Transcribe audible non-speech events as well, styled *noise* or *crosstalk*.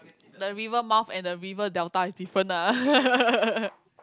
the river mouth and the river delta is different lah *laughs*